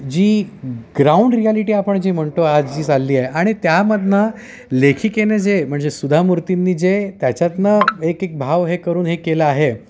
जी ground reality आपण जी म्हणतो आज जी चालली आहे आणि त्यामधनं लेखिकेनं जे म्हणजे सुधा मूर्तींनी जे त्याच्यातनं एक एक भाव हे करून हे केलं आहे